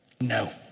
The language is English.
No